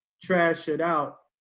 trashed it out.